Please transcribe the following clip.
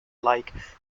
like